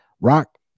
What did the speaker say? Rock